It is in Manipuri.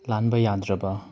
ꯂꯥꯟꯕ ꯌꯥꯗ꯭ꯔꯕ